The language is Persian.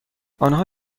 آنها